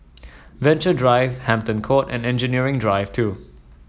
Venture Drive Hampton Court and Engineering Drive Two